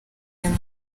irimo